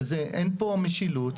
ואין פה משילות.